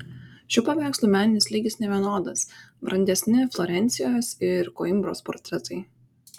šių paveikslų meninis lygis nevienodas brandesni florencijos ir koimbros portretai